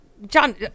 John